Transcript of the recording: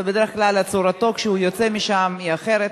ובדרך כלל צורתו כשהוא יוצא משם היא אחרת.